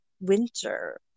winter